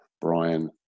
Brian